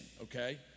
okay